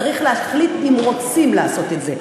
צריך להחליט אם רוצים לעשות את זה.